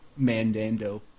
Mandando